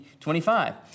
25